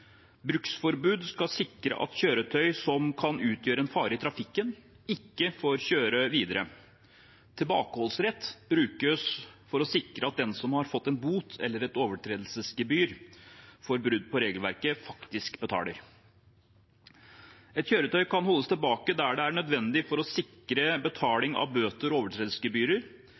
Bruksforbud skal sikre at kjøretøy som kan utgjøre en fare i trafikken, ikke får kjøre videre. Tilbakeholdsrett brukes for å sikre at den som har fått en bot eller et overtredelsesgebyr for brudd på regelverket, faktisk betaler. Et kjøretøy kan holdes tilbake der det er nødvendig for å sikre betaling av bøter og overtredelsesgebyrer.